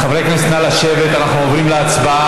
חברי הכנסת, נא לשבת, אנחנו עוברים להצבעה.